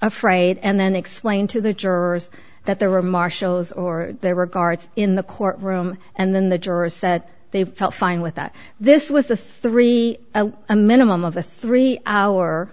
afraid and then explain to the jurors that there were marshals or there were guards in the court room and then the jurors that they felt fine with that this was the three a minimum of a three hour